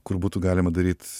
kur būtų galima daryt